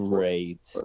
Great